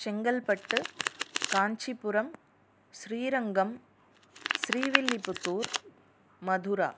Chengalpattu Kanchipuram Srirangam Srivilliputhur Mathura